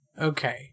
Okay